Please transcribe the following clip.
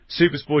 Supersport